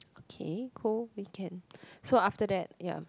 okay go weekend so after that ya